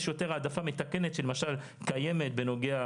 יש יותר העדפה מתקנת שלמשל קיימת בנוגע